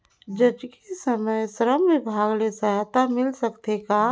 जचकी समय श्रम विभाग ले सहायता मिल सकथे का?